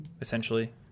essentially